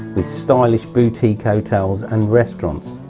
with stylish boutique hotels and restaurants.